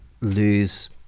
lose